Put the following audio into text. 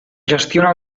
gestiona